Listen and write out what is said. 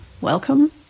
welcome